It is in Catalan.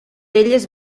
elles